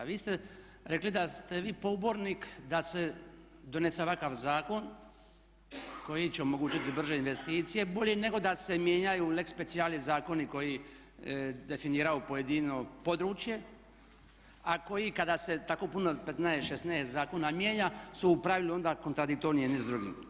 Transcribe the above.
Vi ste rekli da ste vi pobornik da se donese ovakav zakon koji će omogućiti brže investicije, bolje nego da se mijenjaju lex specialis zakoni koji definiraju pojedino područje a koji kada se tako puno 15, 16 zakona mijenja su u pravilu onda kontradiktorni jedni s drugim.